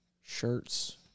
shirts